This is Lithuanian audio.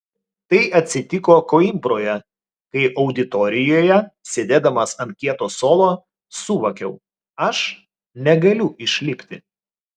tai atsitiko koimbroje kai auditorijoje sėdėdamas ant kieto suolo suvokiau aš negaliu išlipti